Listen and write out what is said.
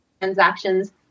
transactions